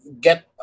get